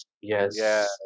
Yes